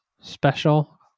special